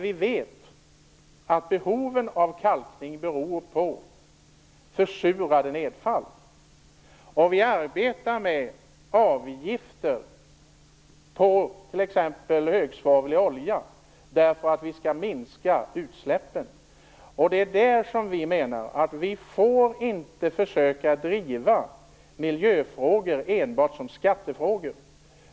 Vi vet att behoven av kalkning beror på försurade nedfall. Vi arbetar med avgifter på t.ex. högsvavlig olja för att minska utsläppen. Jag menar att vi inte får försöka driva miljöfrågor enbart som skattefrågor.